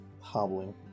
hobbling